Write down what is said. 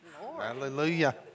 Hallelujah